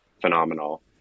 phenomenal